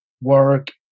work